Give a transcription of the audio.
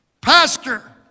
Pastor